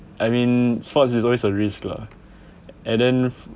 I mean sports is always a risk lah and then